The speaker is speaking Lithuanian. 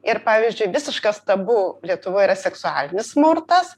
ir pavyzdžiui visiškas tabu lietuvoj yra seksualinis smurtas